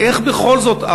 איך בכל זאת,